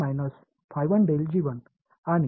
மாணவர் g 1